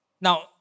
Now